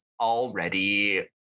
already